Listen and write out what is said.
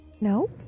no